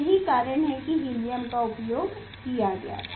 यही कारण है कि हीलियम का उपयोग किया गया था